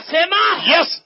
Yes